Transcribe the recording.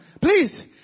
please